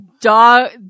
Dog